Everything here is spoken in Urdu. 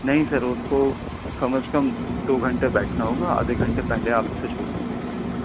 نہیں سر اس کو کم از کم دو گھنٹے بیٹھنا ہوگا آدھے گھنٹے پہلے آپ اسے چھوڑ سکتے